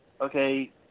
Okay